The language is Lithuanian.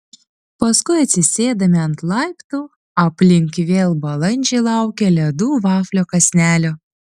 paskui atsisėdame ant laiptų aplink vėl balandžiai laukia ledų vaflio kąsnelio